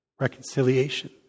reconciliation